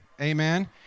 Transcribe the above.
amen